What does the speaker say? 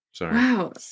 Wow